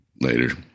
Later